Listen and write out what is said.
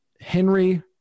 Henry